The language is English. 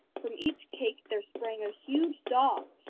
from each cake there sprang a huge dog,